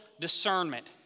discernment